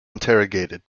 interrogated